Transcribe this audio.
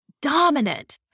dominant